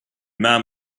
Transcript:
man